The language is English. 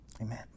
Amen